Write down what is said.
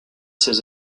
ses